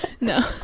No